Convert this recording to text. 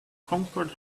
conquered